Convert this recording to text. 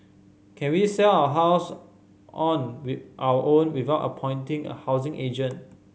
can we sell our house on our own without appointing a housing agent